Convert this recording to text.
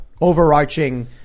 overarching